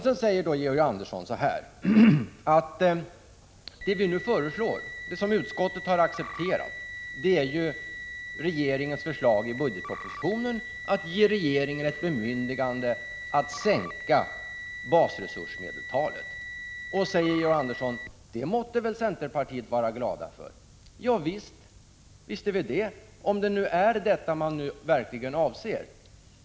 Grundskolan och vissa Sedan säger Georg Andersson: Det som utskottet har accepterat är fristående skolor regeringens förslag i budgetpropositionen att ge regeringen ett bemyndigande att sänka basresursmedeltalet. Det måtte väl centerpartisterna vara glada över, säger Georg Andersson. Ja, visst är vi det, om detta är vad som verkligen avses.